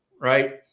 right